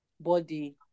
body